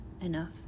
enough